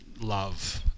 love